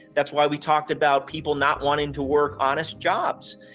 that's why we talked about people not wanting to work honest jobs.